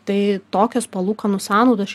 tai tokios palūkanų sąnaudos